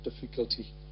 difficulty